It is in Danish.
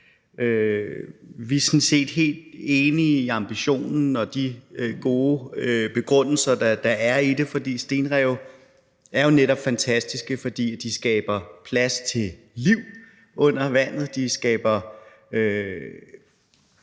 set helt enige i ambitionen og de gode begrundelser, der er i det. For stenrev er jo netop fantastiske, fordi de skaber plads til liv under vandet, de skaber